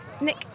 Nick